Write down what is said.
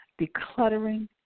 Decluttering